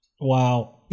Wow